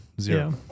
Zero